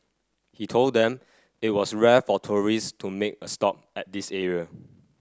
he told them it was rare for tourists to make a stop at this area